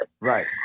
Right